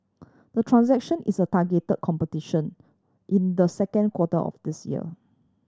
the transaction is a targeted completion in the second quarter of this year